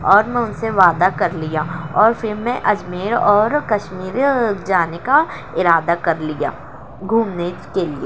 اور میں ان سے وعدہ کر لیا اور پھر میں اجمیر اور کشمیر جانے کا اردہ کر لیا گھومنے کے لیے